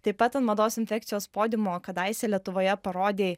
taip pat ant mados infekcijos podiumo kadaise lietuvoje parodei